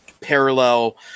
parallel